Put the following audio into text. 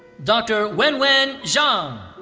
dr. wenwen zhang.